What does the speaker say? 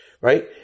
Right